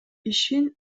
ишин